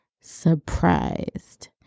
surprised